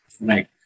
right